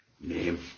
name